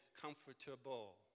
comfortable